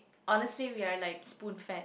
honestly we are like spoon fed